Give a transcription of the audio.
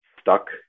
stuck